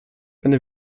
eine